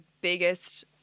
biggest